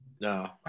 no